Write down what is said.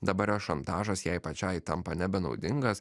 dabar jos šantažas jai pačiai tampa nebenaudingas